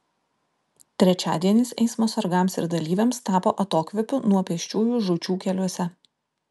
trečiadienis eismo sargams ir dalyviams tapo atokvėpiu nuo pėsčiųjų žūčių keliuose